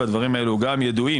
הדברים האלו ידועים.